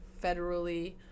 Federally